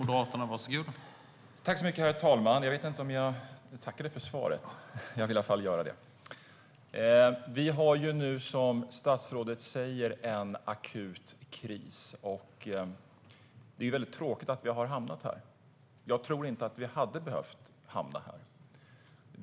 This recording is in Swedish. Herr talman! Jag vet inte om jag tackade för svaret. Det vill jag i alla fall göra nu. Som statsrådet säger har vi nu en akut kris. Det är tråkigt att vi har hamnat här. Jag tror inte att vi hade behövt hamna här.